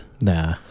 nah